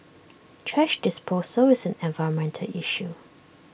thrash disposal is an environmental issue